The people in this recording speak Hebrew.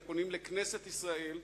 הם פונים לכנסת ישראל,